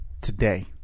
today